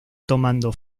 tomando